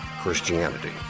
Christianity